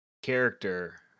character